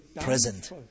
present